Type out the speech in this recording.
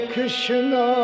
Krishna